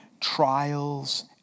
Trials